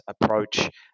approach